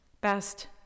Best